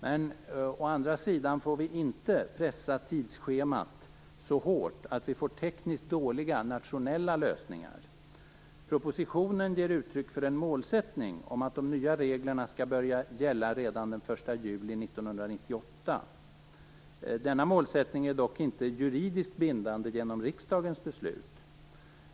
Men vi får inte pressa tidsschemat så hårt att vi får tekniskt dåliga nationella lösningar. Propositionen ger uttryck för målsättningen att de nya reglerna skall börja gälla redan den 1 juli 1998. Denna målsättning är dock inte juridiskt bindande genom riksdagens beslut.